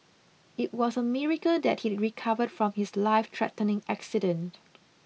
it was a miracle that he recovered from his lifethreatening accident